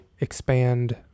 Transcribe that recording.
expand